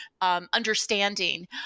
understanding